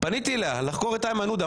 פניתי אליה לחקור את איימן עודה.